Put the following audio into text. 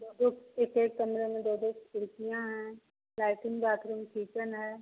दो दो एक एक कमरे में दो दो खिड़कियाँ हैं लैट्रिन्ग बाथरूम किचन है